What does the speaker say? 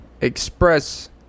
express